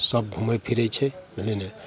सभ घुमै फिरै छै नहि नहि